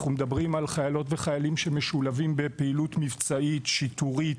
אנחנו מדברים על חיילות וחיילים שמשולבים בפעילות מבצעית שיטורית.